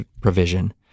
provision